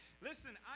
listen